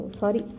sorry